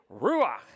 ruach